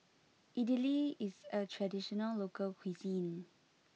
Idili is a traditional local cuisine